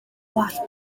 gwallt